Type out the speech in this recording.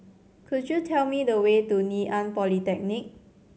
could you tell me the way to Ngee Ann Polytechnic